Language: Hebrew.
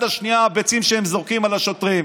השנייה הביצים שהם זורקים על השוטרים.